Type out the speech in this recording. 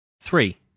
Three